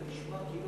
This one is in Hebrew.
זה נשמע כאילו